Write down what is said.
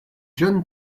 john